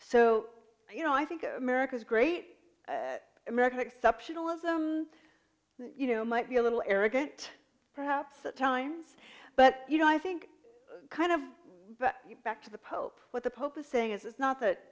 so you know i think america's great american exceptionalism you know might be a little arrogant perhaps at times but you know i think kind of back to the pope what the pope is saying is it's not that